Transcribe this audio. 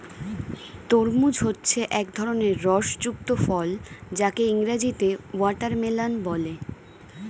তরমুজ হচ্ছে এক ধরনের রস যুক্ত ফল যাকে ইংরেজিতে ওয়াটারমেলান বলে